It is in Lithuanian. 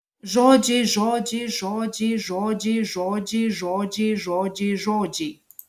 žodžiai žodžiai žodžiai žodžiai žodžiai žodžiai žodžiai žodžiai